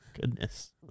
Goodness